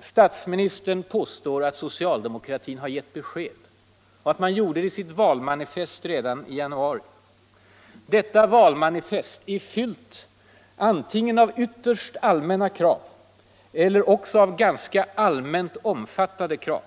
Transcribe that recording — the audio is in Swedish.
Statsministern påstår att socialdemokratin har givit besked och att man gjorde det i sitt valmanifest redan i januari. Detta valmanifest är fyllt antingen av ytterst allmänna krav eller av ganska allmänt omfattade krav.